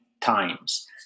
times